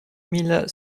mille